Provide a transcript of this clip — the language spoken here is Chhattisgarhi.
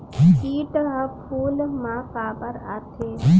किट ह फूल मा काबर आथे?